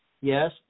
yes